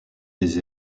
des